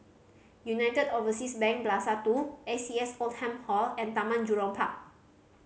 United Overseas Bank Plaza Two A C S Oldham Hall and Taman Jurong Park